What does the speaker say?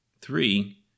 Three